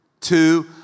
two